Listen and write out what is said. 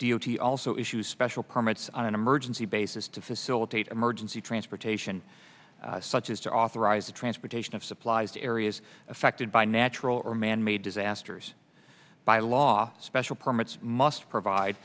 t also issues special permits on an emergency basis to facilitate emergency transportation such as to authorize the transportation of supplies to areas affected by natural or manmade disasters by law special permits must provide